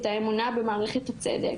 את האמונה במערכת הצדק.